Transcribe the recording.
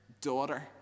daughter